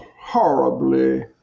horribly